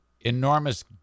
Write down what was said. enormous